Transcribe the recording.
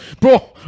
Bro